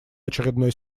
очередной